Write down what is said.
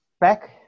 back